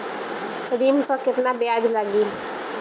ऋण पर केतना ब्याज लगी?